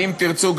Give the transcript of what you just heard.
ואם תרצו,